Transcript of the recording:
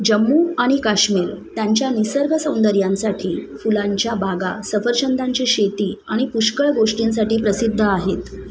जम्मू आणि काश्मीर त्यांच्या निसर्ग सौंदर्यांसाठी फुलांच्या बागा सफरचंदांची शेती आणि पुष्कळ गोष्टींसाठी प्रसिद्ध आहेत